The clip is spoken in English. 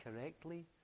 correctly